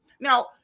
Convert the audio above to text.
Now